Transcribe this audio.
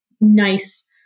nice